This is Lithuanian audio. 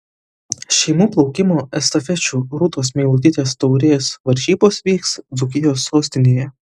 šeimų plaukimo estafečių rūtos meilutytės taurės varžybos vyks dzūkijos sostinėje